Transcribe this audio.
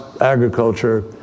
agriculture